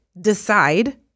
decide